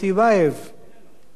איננו.